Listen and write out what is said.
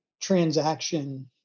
transaction